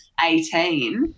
18